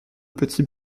petit